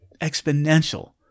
exponential